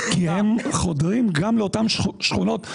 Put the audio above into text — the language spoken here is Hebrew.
כי הם חודרים גם לאותם שכונות,